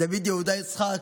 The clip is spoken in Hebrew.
דוד יהודה יצחק,